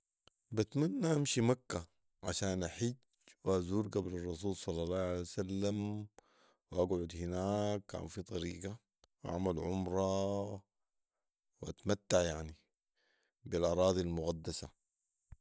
بتمني امشي مكه .عشان احج وازور قير الرسول صلي الله عليه وسلم واقعد هناك كان في طريقه واعمل عمره واتمتع يعني بالاراضي المقدسه